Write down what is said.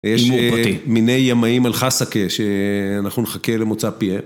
יש מיני ימאים על חסקה שאנחנו נחכה למוצא פיהם